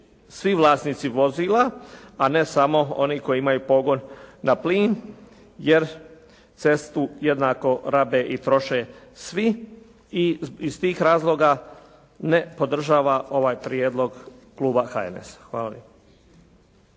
svi vlasnici vozila, a ne samo oni koji imaju pogon na plin, jer cestu jednako rabe i troše svi i iz tih razloga ne podržava ovaj prijedlog kluba HNS-a. Hvala